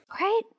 right